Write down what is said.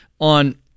on